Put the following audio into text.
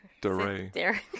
Dare